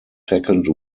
second